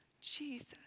Jesus